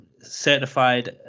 certified